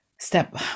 step